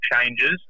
changes